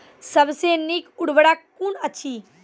सबसे नीक उर्वरक कून अछि?